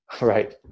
right